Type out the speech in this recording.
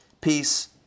Peace